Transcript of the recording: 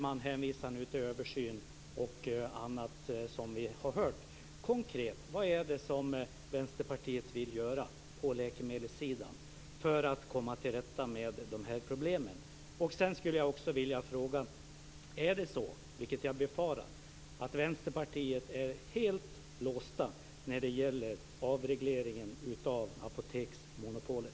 Man hänvisar nu till översyn och annat. Vad vill Vänsterpartiet göra mer konkret på läkemedelssidan, utöver detta, för att komma till rätta med dessa problem? Jag skulle också vilja fråga om det är så, vilket jag befarar, att Vänsterpartiet är helt låst när det gäller avregleringen av apoteksmonopolet.